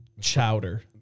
chowder